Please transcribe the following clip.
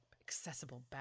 accessible